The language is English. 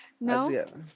No